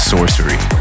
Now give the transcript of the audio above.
Sorcery